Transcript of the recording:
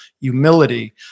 humility